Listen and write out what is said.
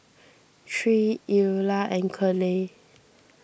Tre Eula and Curley